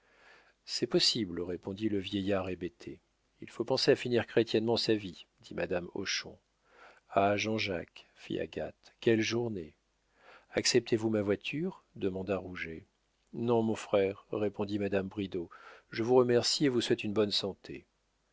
c'est possible répondit le vieillard hébété il faut penser à finir chrétiennement sa vie dit madame hochon ah jean-jacques fit agathe quelle journée acceptez-vous ma voiture demanda rouget non mon frère répondit madame bridau je vous remercie et vous souhaite une bonne santé